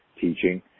teaching